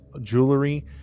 jewelry